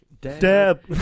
Deb